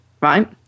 right